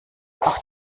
auch